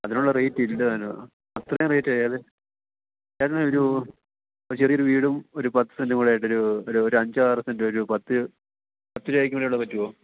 അതിന് ഉള്ള റേറ്റ് ഇല്ലല്ലോ അത്രയും റേറ്റ് ഏത് ഏതെങ്കിലും ഒരു ചെറിയൊരു വീടും ഒരു പത്ത് സെൻറ്റും കൂടെ ആയിട്ട് ഒരു ഒരു അഞ്ചാറു സെൻറ്റ് ഒരു പത്ത് പത്ത് രൂപയ്ക്ക് മേലെ ഉള്ളത് പറ്റുമോ